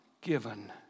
given